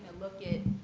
look at